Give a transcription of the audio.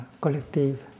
collective